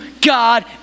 God